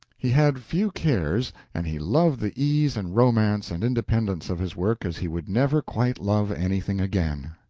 he had few cares, and he loved the ease and romance and independence of his work as he would never quite love anything again.